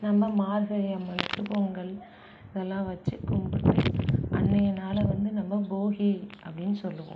நம்ம மார்கழி அம்மனுக்கு பொங்கல் இதெல்லாம் வச்சு கும்பிட்டு அன்னைய நாளை வந்து நம்ம போகி அப்படின்னு சொல்லுவோம்